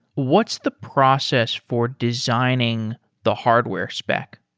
what's the process for designing the hardware spec?